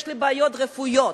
יש לי בעיות רפואיות,